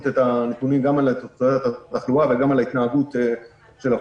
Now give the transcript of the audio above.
וגם ברשות חברי הכנסת,